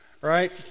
Right